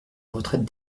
retraite